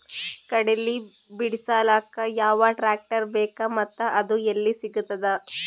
ಕಡಲಿ ಬಿಡಿಸಲಕ ಯಾವ ಟ್ರಾಕ್ಟರ್ ಬೇಕ ಮತ್ತ ಅದು ಯಲ್ಲಿ ಸಿಗತದ?